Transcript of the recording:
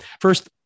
First